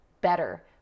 better